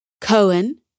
Cohen